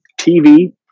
TV